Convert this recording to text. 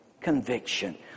conviction